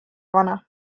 vana